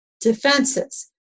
defenses